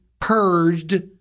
purged